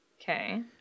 Okay